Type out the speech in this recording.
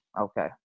Okay